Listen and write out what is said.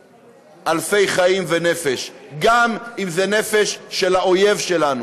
מאות-אלפי חיים ונפש, גם אם זה נפש של האויב שלנו.